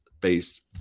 based